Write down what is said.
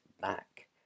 back